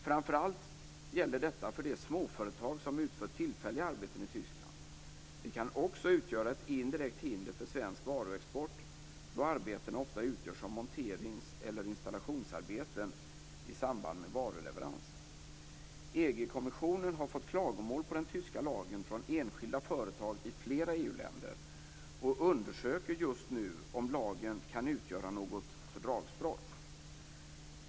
Framför allt gäller detta för de småföretag som utför tillfälliga arbeten i Tyskland. Det kan också utgöra ett indirekt hinder för svensk varuexport då arbeten ofta utgörs av monterings eller installationsarbeten i samband med varuleverans. EG-kommissionen har fått klagomål beträffande den tyska lagen från enskilda företag i flera EU-länder och undersöker just nu om lagen kan utgöra något fördragsbrott.